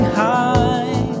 high